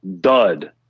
dud